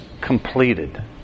completed